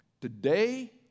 Today